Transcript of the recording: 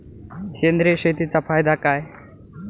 सेंद्रिय शेतीचा फायदा काय?